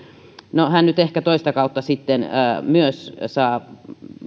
no hän nyt ehkä myös toista kautta sitten saa